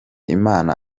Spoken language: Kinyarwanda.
imana